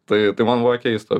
tai tai man buvo keista